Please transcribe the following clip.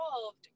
involved